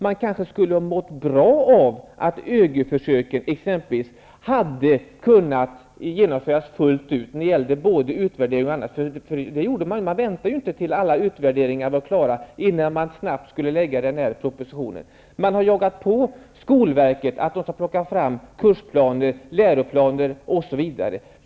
Det kanske hade varit bra om exempelvis ÖGY-försöken hade kunnat genomföras och utvärderas fullt ut. Men den förra regeringen väntade ju inte tills alla utvärderingar var klara innan man lade fram propositionen. Man har jagat på skolverket för att de skall ta fram kursplaner, läroplaner, osv.